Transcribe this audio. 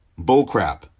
bullcrap